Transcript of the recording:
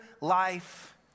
life